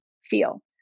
feel